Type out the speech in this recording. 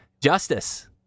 justice